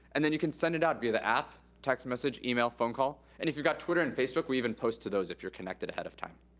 and then you can send it out via the app, text message, email, phone call. and if you've got twitter and facebook, we even post to those if you're connected ahead of time.